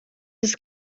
ist